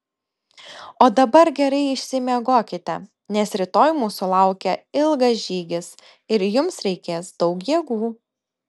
o dabar gerai išsimiegokite nes rytoj mūsų laukia ilgas žygis ir jums reikės daug jėgų